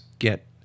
get